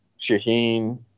Shaheen